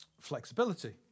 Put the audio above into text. flexibility